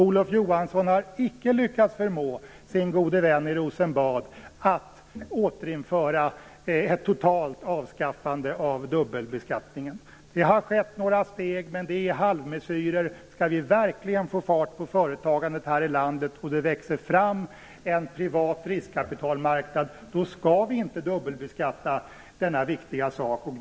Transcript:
Olof Johansson har icke lyckats förmå sin gode vän i Rosenbad att återinföra ett totalt avskaffande av dubbelbeskattningen. Det har skett några steg, men det är halvmesyrer. Om vi verkligen skall få fart på företagandet här i landet och se till att det växer fram en privat riskkapitalmarknad, då skall vi inte dubbelbeskatta detta viktiga.